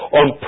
on